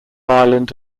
ireland